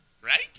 Right